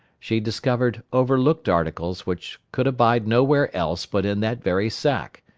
she discovered overlooked articles which could abide nowhere else but in that very sack,